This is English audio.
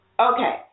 Okay